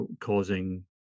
causing